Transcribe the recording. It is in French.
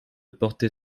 porter